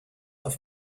auf